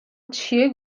چیه